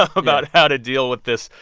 about how to deal with this.